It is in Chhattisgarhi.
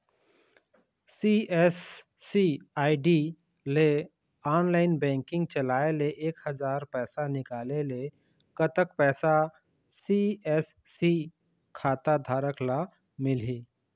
सी.एस.सी आई.डी ले ऑनलाइन बैंकिंग चलाए ले एक हजार पैसा निकाले ले कतक पैसा सी.एस.सी खाता धारक ला मिलही?